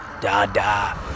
Da-da